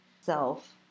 self